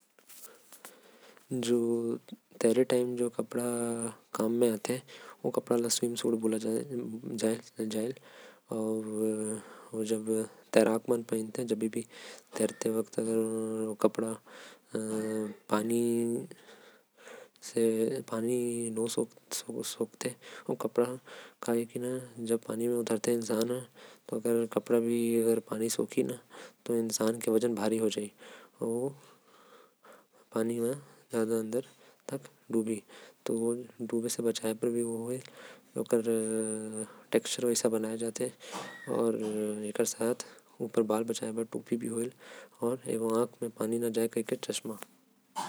तैराकी करत समय जो कपड़ा पहन्थे। ओला स्विमिंग सूट कहथे। जो तैराक मन ला डूबे से बचाथे। काबर की ओ कपड़े ऐसा रहेल। जो पानी पढ़े पर भी भारी नही होथे।